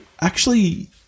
actually-